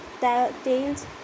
tales